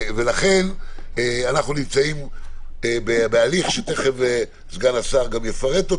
ולכן אנחנו נמצאים בהליך שתיכף סגן השר יפרט,